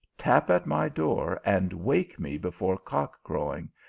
tap at my door, and wake me before cock crowing,